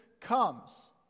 comes